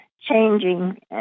changing